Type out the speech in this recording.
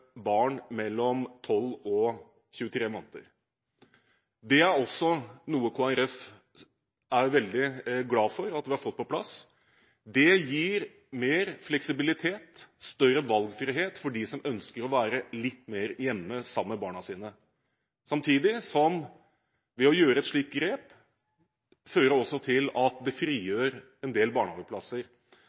barn mellom 12 og 23 måneder. Dette er noe Kristelig Folkeparti er veldig glad for at vi har fått på plass. Det gir mer fleksibilitet og større valgfrihet for dem som ønsker å være litt mer hjemme sammen med barna sine, samtidig som et slikt grep også fører til at det frigjør en del barnehageplasser.